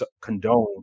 condone